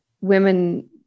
women